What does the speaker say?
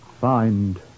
Find